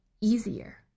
easier